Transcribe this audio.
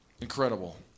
Incredible